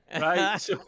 Right